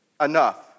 enough